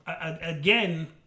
again